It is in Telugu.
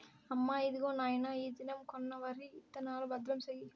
అమ్మా, ఇదిగో నాయన ఈ దినం కొన్న వరి విత్తనాలు, భద్రం సేయి